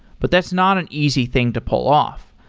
but that's not an easy thing to pull off,